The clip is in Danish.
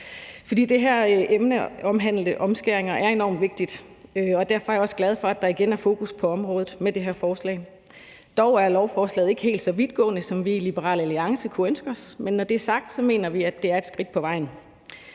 For det her emne omhandlende omskæringer er enormt vigtigt, og derfor er jeg også glad for, at der igen er fokus på området med det her forslag. Dog er lovforslaget ikke helt så vidtgående, som vi i Liberal Alliance kunne ønske os, men når det er sagt, mener vi, at det er et skridt på vejen.